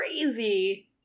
crazy